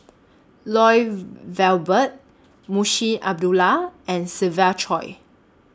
Lloyd Valberg Munshi Abdullah and Siva Choy